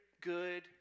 good